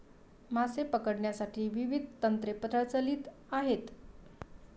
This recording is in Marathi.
मासे पकडण्यासाठी विविध तंत्रे प्रचलित आहेत